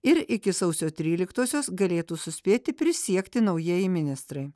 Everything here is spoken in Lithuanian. ir iki sausio tryliktosios galėtų suspėti prisiekti naujieji ministrai